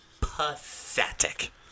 Pathetic